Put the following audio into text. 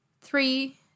Three